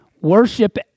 worship